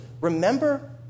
remember